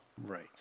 Right